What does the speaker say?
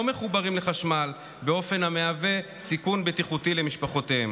מחוברים לחשמל באופן המהווה סיכון בטיחותי למשפחותיהם.